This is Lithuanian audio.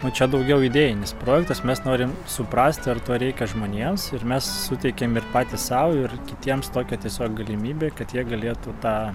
o čia daugiau idėjinis projektas mes norim suprast ar to reikia žmonėms ir mes suteikėm ir patys sau ir kitiems tokia tiesiog galimybę kad jie galėtų tą